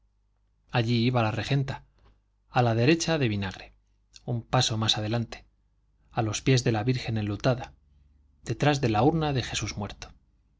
allí iba la regenta a la derecha de vinagre un paso más adelante a los pies de la virgen enlutada detrás de la urna de jesús muerto